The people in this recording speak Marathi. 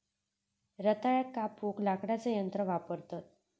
रताळ्याक कापूक लाकडाचा यंत्र वापरतत